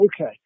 okay